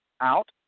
out